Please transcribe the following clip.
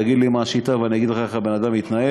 תגיד לי מה השיטה ואני אגיד לך איך הבן-אדם יתנהג.